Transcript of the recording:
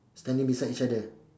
standing beside each other